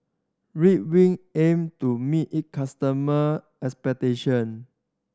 Ridwind aim to meet it customer expectation